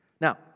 Now